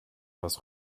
was